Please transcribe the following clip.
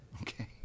okay